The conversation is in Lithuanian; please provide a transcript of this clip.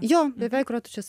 jo beveik rotušės